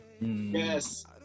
Yes